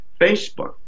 Facebook